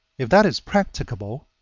if that is practicable